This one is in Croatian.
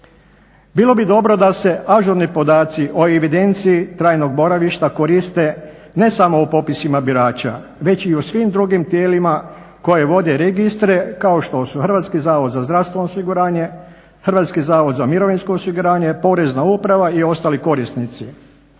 Bilo bi dobro da se ažurni podaci o evidenciji trajnog boravišta koriste ne samo u popisima birača već i u svim drugim tijelima koja vode registre kao što su HZZO, HZMO, Porezna uprava i ostali korisnici.